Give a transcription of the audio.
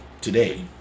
today